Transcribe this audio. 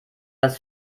das